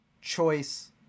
choice